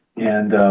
and